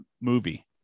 movie